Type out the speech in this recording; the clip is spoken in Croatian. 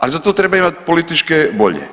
A za to treba imati političke volje.